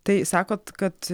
tai sakot kad